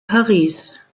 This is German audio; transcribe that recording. paris